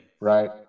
right